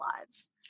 lives